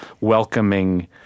welcoming